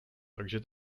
takže